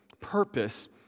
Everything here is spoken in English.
purpose